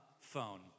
phone